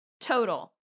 Total